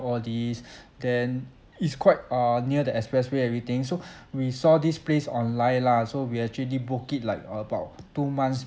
all this then it's quite err near the expressway everything so we saw this place online lah so we actually book it like about two months